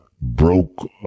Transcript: broke